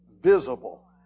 visible